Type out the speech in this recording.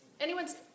Anyone's